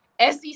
SEC